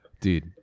Dude